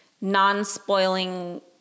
non-spoiling